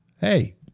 Hey